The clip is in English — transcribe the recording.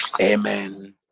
Amen